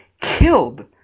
Killed